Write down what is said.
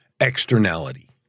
externality